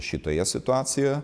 šitoje situacijoje